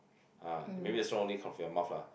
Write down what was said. uh maybe the strong only come from your mouth lah